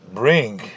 bring